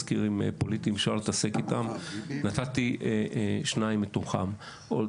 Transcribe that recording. נתתי שניים מתוך ארבעה.